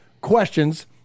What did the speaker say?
questions